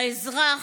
לאזרח,